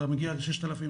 אלא אתה מגיע ל-6,000,